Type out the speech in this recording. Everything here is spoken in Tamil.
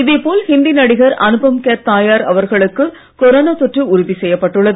இதே போல் இந்தி நடிகர் அனுபம்கெர் தாயார் கொரோனா தொற்று உறுதி செய்யப்பட்டுள்ளது